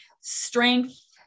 strength